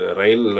rail